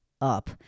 up